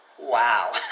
wow